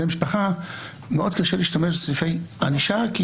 משפחה מאוד קשה להשתמש בסעיפי ענישה,